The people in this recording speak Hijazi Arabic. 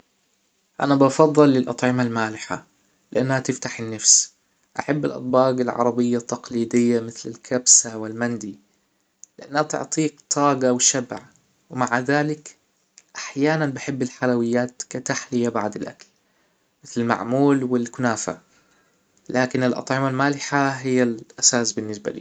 أنا بفضل الأطعمة المالحة لأنها تفتح النفس أحب الأطباج العربية التقليدية مثل الكبسة و المندى لانها تعطيك طاجة و شبع ومع ذلك ، أحيانا بحب الحلويات كتحلية بعد الأكل مثل المعمول و الكنافة لكن الأطعمة المالحة هى الاساس بالنسبة لى